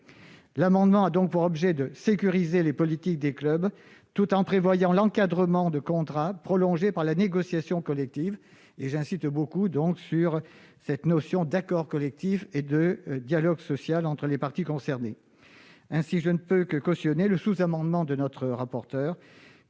amendement a donc pour objet de sécuriser les politiques des clubs tout en prévoyant l'encadrement de contrats prolongés par la négociation collective. J'insiste grandement sur la notion d'accord collectif et de dialogue social entre les parties concernées. Je ne peux donc que cautionner le sous-amendement de notre rapporteur